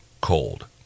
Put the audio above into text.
cold